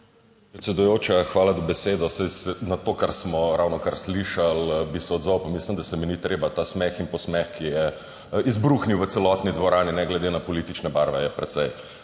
Predsedujoča, hvala za besedo. Saj na to, kar smo ravnokar slišali, bi se odzval. Pa mislim, da se mi ni treba - ta smeh in posmeh, ki je izbruhnil v celotni dvorani ne glede na politične barve, je precej